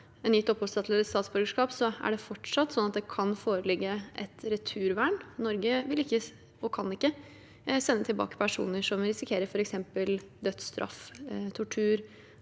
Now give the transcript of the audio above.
en gitt oppholdstillatelse eller et statsborgerskap, er det fortsatt slik at det kan foreligge et returvern. Norge vil ikke, og kan ikke, sende tilbake personer som f.eks. risikerer dødsstraff, tortur